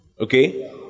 Okay